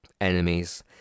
enemies